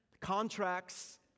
Contracts